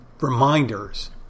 reminders